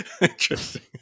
Interesting